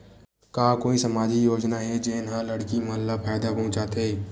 का कोई समाजिक योजना हे, जेन हा लड़की मन ला फायदा पहुंचाथे?